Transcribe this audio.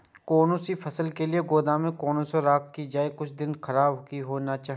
कोनो भी फसल के गोदाम में कोना राखल जाय की कुछ दिन खराब ने होय के चाही?